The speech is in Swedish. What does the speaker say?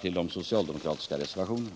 klorna. Men hur kan socialdemokraterna sluta upp på Nr 138